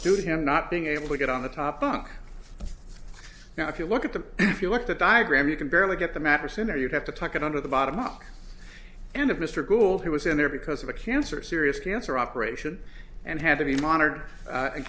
suit him not being able to get on the top bunk now if you look at the if you looked at diagram you can barely get the mattress in or you'd have to tuck it under the bottom up and of mr gould who was in there because of a cancer serious cancer operation and had to be monitored